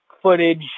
footage